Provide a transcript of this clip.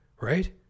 Right